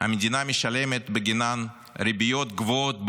המדינה משלמת בגינן ריביות גבוהות בהרבה.